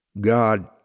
God